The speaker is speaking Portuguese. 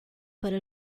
para